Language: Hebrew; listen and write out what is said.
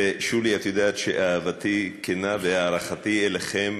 שולי, את יודעת שאהבתי כנה והערכתי אליכם